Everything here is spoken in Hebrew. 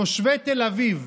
תושבי תל אביב.